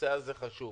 הנושא הזה חשוב.